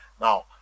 Now